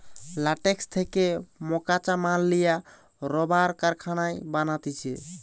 latex থেকে মকাঁচা মাল লিয়া রাবার কারখানায় বানাতিছে